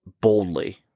boldly